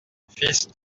fils